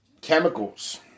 chemicals